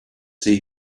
see